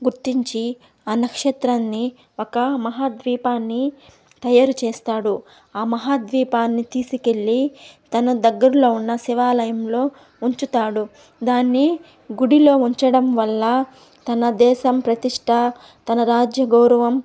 గుర్తించి ఆ నక్షత్రాన్ని ఒక మహాద్వీపాన్ని తయారు చేస్తాడు ఆ మహాద్వీపాన్ని తీసుకెళ్ళి తన దగ్గరలో ఉన్న శివాలయంలో ఉంచుతాడు దాన్ని గుడిలో ఉంచడం వల్ల తన దేశం ప్రతిష్ట తన రాజ్య గౌరవం